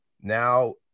now